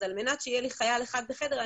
אז על מנת לשכן חייל אחד בחדר,